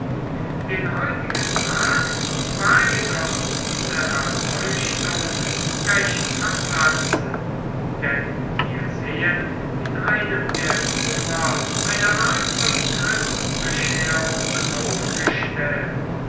den heutigen tag war jedoch diese erleuchtung recht am platze denn wir sehen in einem der zimmer eine art von christbescherung aufgestellt